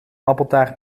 appeltaart